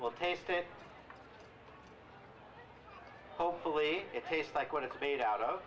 well taste it hopefully it tastes like what it's made out of